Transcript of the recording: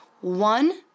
One